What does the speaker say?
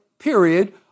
period